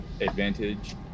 advantage